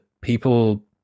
people